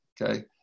okay